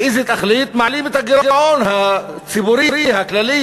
לאיזו תכלית מעלים את הגירעון הציבורי, הכללי